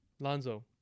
Lonzo